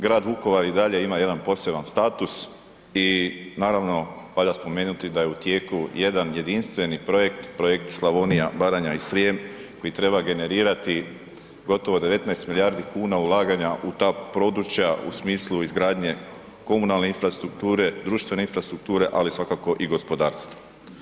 Grad Vukovar i dalje ima jedan poseban status i, naravno, valja spomenuti da je u tijeku jedan jedinstveni projekt, projekt Slavonija, Baranja i Srijem koji treba generirati gotovo 19 milijardi kuna ulaganja u ta područja u smislu izgradnje komunalne infrastrukture, društvene infrastrukture, ali svakako i gospodarstva.